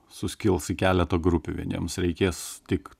suskils į keletą grupių vieniems reikės tik